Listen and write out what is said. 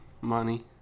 money